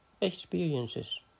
experiences